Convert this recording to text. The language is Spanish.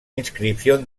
inscripción